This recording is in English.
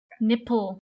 Nipple